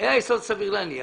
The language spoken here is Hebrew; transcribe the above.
היה יסוד סביר להניח,